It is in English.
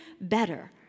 better